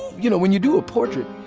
you know, when you do a portrait,